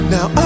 Now